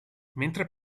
mentre